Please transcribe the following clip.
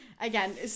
Again